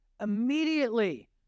Immediately